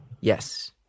Yes